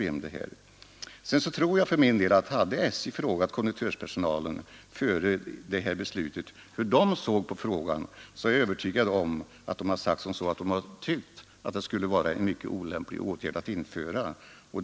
Sedan är jag övertygad om att ifall man före beslutet hade frågat konduktörspersonalen hur den ser på frågan, så skulle konduktörerna ha sagt att det vore mycket olämpligt att genomföra åtgärden.